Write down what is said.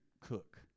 cook